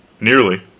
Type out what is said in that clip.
nearly